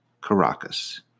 Caracas